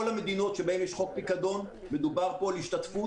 כל המדינות שבהן יש חוק פיקדון מדובר על השתתפות